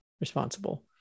responsible